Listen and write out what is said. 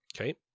Okay